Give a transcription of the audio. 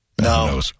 No